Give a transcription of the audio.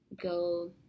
go